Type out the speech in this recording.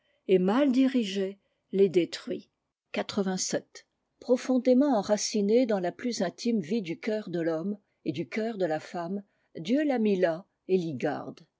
et mal dirigé les détruit profondément enraciné dans la plus intime vie du cœur de l'homme et du cœur de la femme dieu l'a mis là et l'y garde